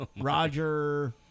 Roger